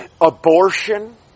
Abortion